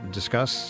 Discuss